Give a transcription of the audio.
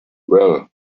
well